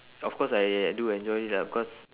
of course I I do enjoy it lah because